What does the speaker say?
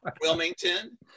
Wilmington